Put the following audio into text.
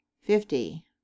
Fifty